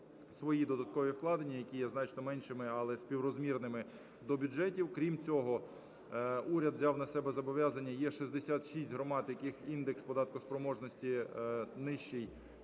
додаткові вкладення, які є значно меншими, але співрозмірними до бюджетів. Крім цього уряд взяв на себе зобов'язання: є 66 громад, яких індекс податкоспроможності нижчий,